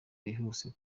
bwihuse